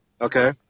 Okay